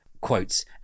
quotes